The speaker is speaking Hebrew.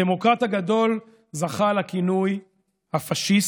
הדמוקרט הגדול זכה לכינוי "הפשיסט".